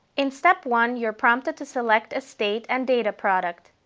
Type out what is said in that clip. in step one, you are prompted to select a state and data product.